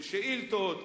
של שאילתות,